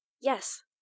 Yes